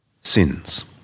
sins